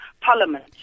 Parliament